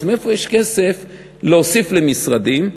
אז מאיפה יש כסף להוסיף למשרדים?